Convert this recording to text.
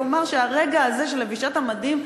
כלומר שהרגע הזה של לבישת המדים,